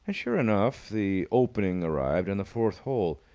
sure enough, the opening arrived on the fourth hole,